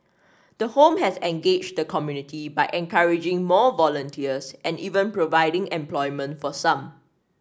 the home has engaged the community by encouraging more volunteers and even providing employment for some